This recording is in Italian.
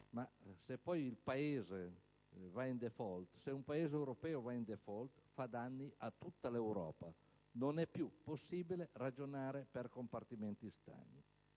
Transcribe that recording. a tutto il Paese, ma se un Paese europeo va in *default* fa danni a tutta l'Europa. Non è più possibile ragionare per compartimenti stagni,